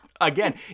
again